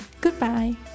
Goodbye